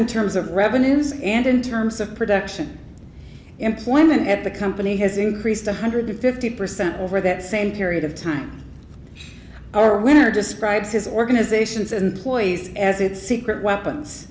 in terms of revenues and in terms of production employment at the company has increased one hundred fifty percent over that same period of time our winner describes his organizations and ploys as its secret weapons